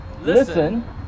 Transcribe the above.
listen